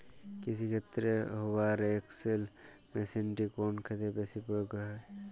কৃষিক্ষেত্রে Hoover XL মেশিনটি কোন ক্ষেত্রে বেশি প্রয়োগ করা হয়?